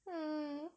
mm